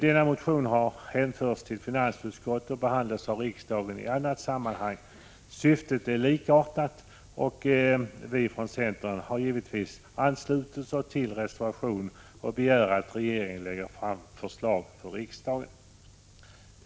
Denna motion har hänförts till finansutskottet och behandlats av riksdagen i annat sammanhang. Syftet är dock likartat, och vi från centern har givetvis anslutit oss till reservationen och begär att regeringen framlägger förslag för riksdagen.